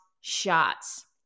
shots